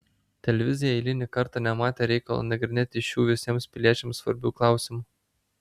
televizija eilinį kartą nematė reikalo nagrinėti šių visiems piliečiams svarbių klausimų